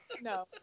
No